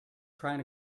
trying